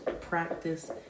practice